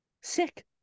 sick